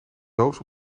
doos